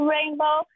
Rainbow